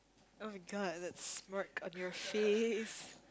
[oh]-my-god that smirk on your face